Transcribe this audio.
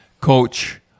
coach